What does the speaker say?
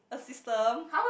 a system